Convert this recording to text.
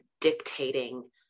dictating